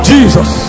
Jesus